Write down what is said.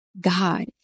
God